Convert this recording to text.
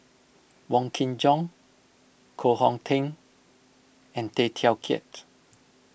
Wong Kin Jong Koh Hong Teng and Tay Teow Kiat